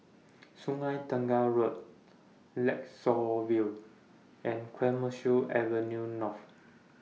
Sungei Tengah Road Lakeshore View and Clemenceau Avenue North